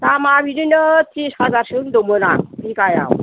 दामा बिदिनो ट्रिस हाजारसो होनदोंमोन आं बिघायाव